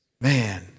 man